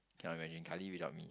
cannot imagine kylie without me